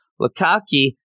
Lukaki